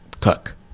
cook